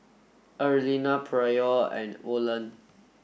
Erlinda Pryor and Olen